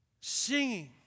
singing